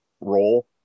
role